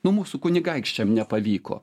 nu mūsų kunigaikščiam nepavyko